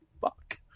Fuck